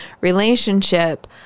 relationship